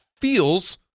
feels